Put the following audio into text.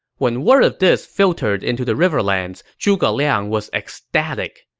when word of this filtered into the riverlands, zhuge liang was ecstatic.